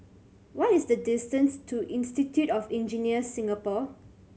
what is the distance to Institute of Engineers Singapore